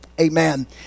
Amen